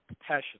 passion